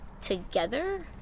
together